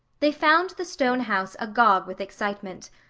they found the stone house agog with excitement.